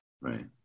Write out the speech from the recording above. right